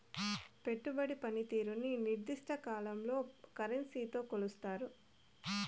పెట్టుబడి పనితీరుని నిర్దిష్ట కాలంలో కరెన్సీతో కొలుస్తారు